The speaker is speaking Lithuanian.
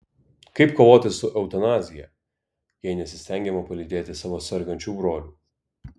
kaip kovoti su eutanazija jei nesistengiama palydėti savo sergančių brolių